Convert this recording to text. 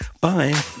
Bye